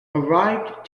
arrived